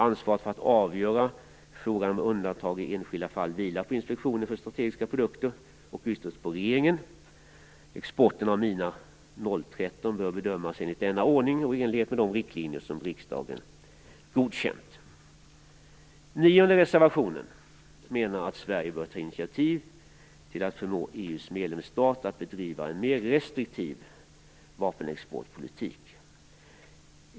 Ansvaret för att avgöra frågan om undantag i enskilda fall vilar på Inspektionen för strategiska produkter och ytterst på regeringen. Exporten av mina 013 bör bedömas enligt denna ordning och i enlighet med de riktlinjer som riksdagen godkänt. I den nionde reservationen menar man att Sverige bör ta initiativ till att förmå EU:s medlemsstater att bedriva en mer restriktiv vapenexportpolitik.